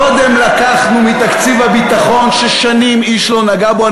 קודם לקחנו מתקציב הביטחון, ששנים איש לא נגע בו.